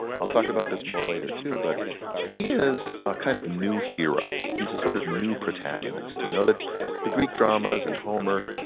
i'll talk about this more later too, but he is a kind of new hero he's a sort of new protagonist. you know the the greek dramas and homer,